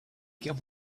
can